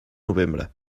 novembre